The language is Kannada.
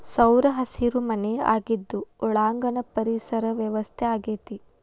ಸೌರಹಸಿರು ಮನೆ ಆಗಿದ್ದು ಒಳಾಂಗಣ ಪರಿಸರ ವ್ಯವಸ್ಥೆ ಆಗೆತಿ